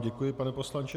Děkuji vám, pane poslanče.